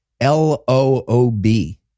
L-O-O-B